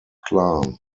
klan